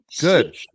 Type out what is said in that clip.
Good